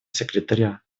секретаря